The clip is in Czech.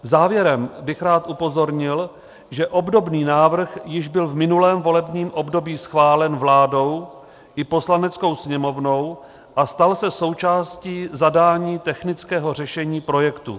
Závěrem bych rád upozornil, že obdobný návrh již byl v minulém volebním období schválen vládou i Poslaneckou sněmovnou a stal se součástí zadání technického řešení projektu.